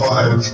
Five